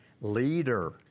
leader